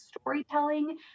storytelling